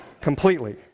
completely